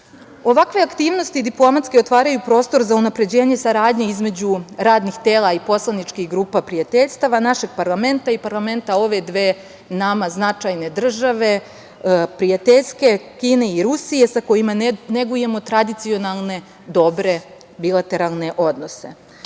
aktivnosti diplomatski otvaraju prostor za unapređenje saradnje između radnih tela i poslaničkih grupa prijateljstava našeg parlamenta i parlamenta ove dve nama značajne države, prijateljske, Kine i Rusije, sa kojima negujemo tradicionalne dobre bilateralne odnose. Ono